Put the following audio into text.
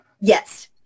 Yes